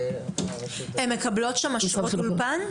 הן מקבלות שם שעות אולפן?